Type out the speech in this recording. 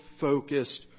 focused